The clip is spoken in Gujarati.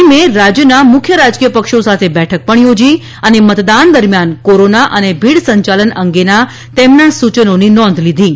ટીમે રાજ્યના મુખ્ય રાજકીય પક્ષો સાથે બેઠક પણ યોજી હતી અને મતદાન દરમિયાન કોરોના અને ભીડ સંચાલન અંગેના તેમના સૂચનોની નોંધ લીધી હતી